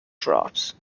drops